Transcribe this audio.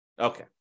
Okay